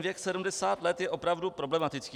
Věk 70 let je opravdu problematický.